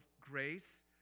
grace